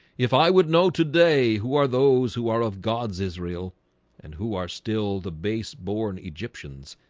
if i would know today, who are those who are of god's israel and who are still the base born egyptians?